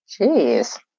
Jeez